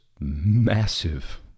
massive